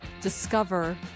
Discover